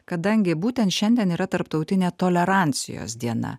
kadangi būtent šiandien yra tarptautinė tolerancijos diena